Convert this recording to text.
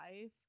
life